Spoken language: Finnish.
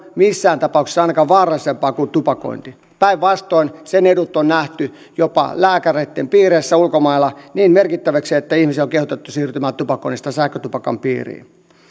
missään tapauksessa ainakaan vaarallisempi kuin tupakointi päinvastoin sen edut on nähty jopa lääkäreitten piireissä ulkomailla niin merkittäviksi että ihmisiä on kehotettu siirtymään tupakoinnista sähkötupakan piiriin